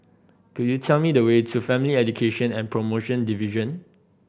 could you tell me the way to Family Education and Promotion Division